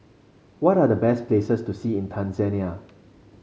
what are the best places to see in Tanzania